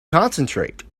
concentrate